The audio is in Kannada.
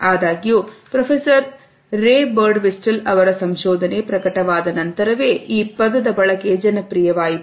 ಆದಾಗ್ಯೂ ಪ್ರೊಫೆಸರ್ ರೆಬಲ್ ಟ್ವಿಸ್ಟರ್ ಅವರ ಸಂಶೋಧನೆ ಪ್ರಕಟವಾದ ನಂತರವೇ ಈ ಪದದ ಬಳಕೆ ಜನಪ್ರಿಯವಾಯಿತು